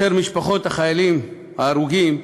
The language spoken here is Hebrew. משפחות החיילים ההרוגים,